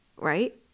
Right